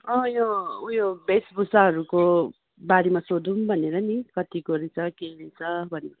यो उयो वेशभुषाहरूको बारेमा सोधौँ भनेर नि कतिको रहेछ के रहेछ भनेर